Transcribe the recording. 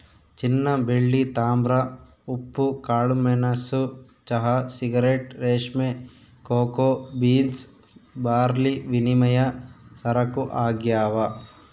ಚಿನ್ನಬೆಳ್ಳಿ ತಾಮ್ರ ಉಪ್ಪು ಕಾಳುಮೆಣಸು ಚಹಾ ಸಿಗರೇಟ್ ರೇಷ್ಮೆ ಕೋಕೋ ಬೀನ್ಸ್ ಬಾರ್ಲಿವಿನಿಮಯ ಸರಕು ಆಗ್ಯಾವ